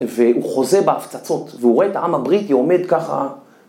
והוא חוזה בהפצצות, והוא רואה את העם הבריטי עומד ככה.